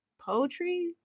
poetry